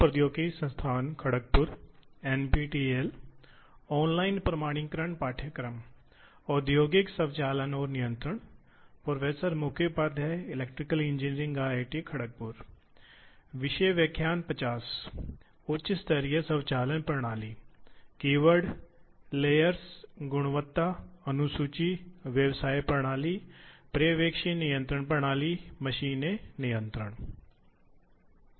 CNC मशीनें जो संख्यात्मक रूप से होती हैं कंप्यूटर संख्यात्मक रूप से नियंत्रित मशीन होती हैं